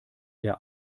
der